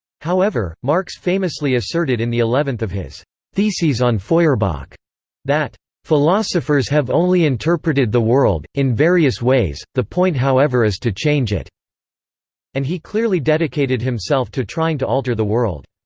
however, marx famously asserted in the eleventh of his theses on feuerbach that philosophers have only interpreted the world, in various ways the point however is to change it and he clearly dedicated himself to trying to alter the world.